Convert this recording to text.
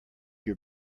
your